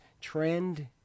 trend